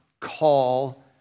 Call